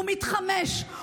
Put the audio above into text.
הוא מתחמש,